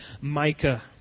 Micah